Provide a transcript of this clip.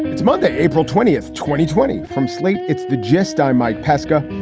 it's monday, april twentieth. twenty twenty from slate. it's the gist i'm mike pesca.